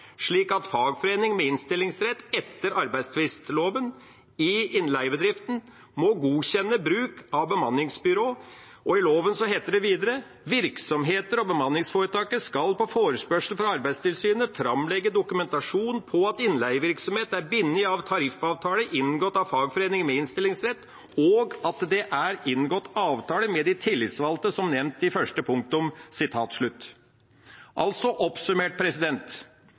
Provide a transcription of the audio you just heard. slik at fagforening med innstillingsrett etter arbeidstvistloven i innleiebedriften må godkjenne bruk av bemanningsbyrå. Og i loven heter det videre: «Virksomheten og bemanningsforetaket skal på forespørsel fra Arbeidstilsynet fremlegge dokumentasjon på at innleievirksomheten er bundet av tariffavtale inngått med fagforening med innstillingsrett og at det er inngått avtale med de tillitsvalgte som nevnt i første punktum.» Altså, oppsummert: